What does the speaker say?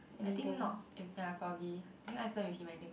I think not ya probably